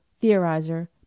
theorizer